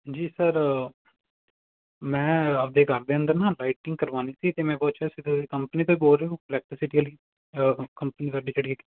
ਜੀ ਸਰ ਮੈਂ ਆਪਦੇ ਘਰ ਦੇ ਅੰਦਰ ਨਾ ਕਰਵਾਉਣੀ ਸੀ ਅਤੇ ਮੈਂ ਪੁੱਛ ਰਿਹਾ ਸੀ ਤੁਸੀਂ ਕੰਪਨੀ ਤੋਂ ਹੀ ਬੋਲ ਰਹੇ ਹੋ ਇਲੈਕਟ੍ਰੀਸਿਟੀ ਵਾਲੀ ਕੰਪਨੀ ਤੁਹਾਡੀ ਕਿਹੜੀ ਹੈਗੀ